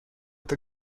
the